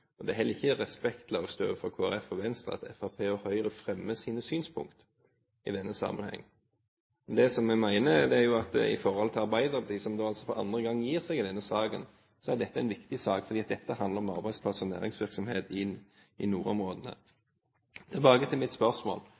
Stortinget. Det er heller ikke respektløst overfor Kristelig Folkeparti og Venstre at Fremskrittspartiet og Høyre fremmer sine synspunkt i denne sammenheng. Det vi mener, er at for Arbeiderpartiet, som for andre gang gir seg i denne saken, er dette en viktig sak, for dette handler om arbeidsplasser og næringsvirksomhet i nordområdene. Tilbake til mitt spørsmål: